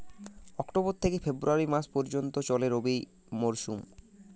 October থেকে February মাস পর্যন্ত চলে রবি মরসুম